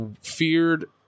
feared